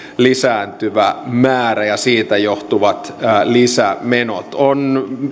lisääntyvä määrä ja siitä johtuvat lisämenot on